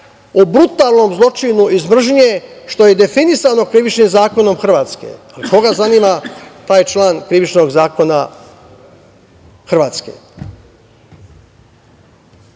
o brutalnom zločinu iz mržnje što je i definisano Krivičnim zakonom Hrvatske, ali koga zanima taj član Krivičnog zakona Hrvatske? Šta